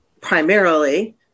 primarily